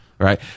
Right